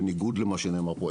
בניגוד למה שנאמר פה,